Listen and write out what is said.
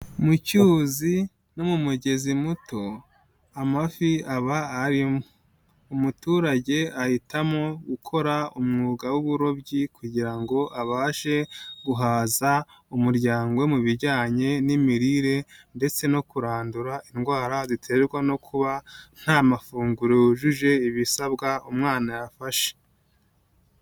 Mu cyuzi no mu mugezi muto amafi aba arimo, umuturage ahitamo gukora umwuga w'uburobyi kugira ngo abashe guhaza umuryango mu bijyanye n'imirire ndetse no kurandura indwara ziterwa no kuba nta mafunguro yujuje ibisabwa umwana yafashe.